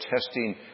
testing